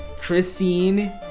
Christine